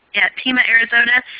pima arizona,